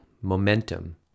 momentum